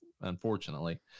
unfortunately